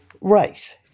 race